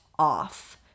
off